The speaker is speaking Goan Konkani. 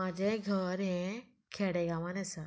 म्हाजें घर हें खेडेगांवान आसा